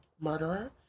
murderer